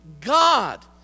God